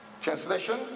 Translation